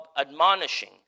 admonishing